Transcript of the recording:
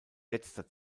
letzter